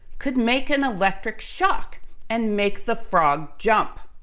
could make an electric shock and make the frog jump.